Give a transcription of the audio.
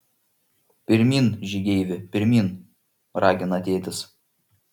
pirmyn žygeivi pirmyn ragina tėtis